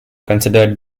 considered